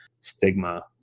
stigma